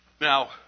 Now